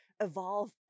evolve